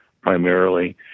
primarily